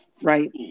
right